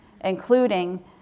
including